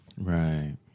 Right